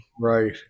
Right